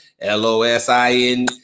L-O-S-I-N